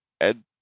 Ed